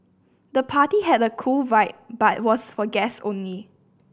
the party had a cool vibe but was for guests only